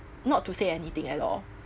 not to say anything at all